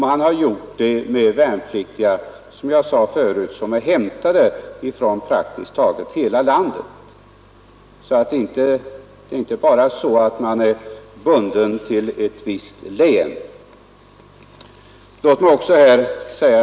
Man har gjort det med värnpliktiga från praktiskt taget hela landet, och man är alltså inte bunden till ett visst län.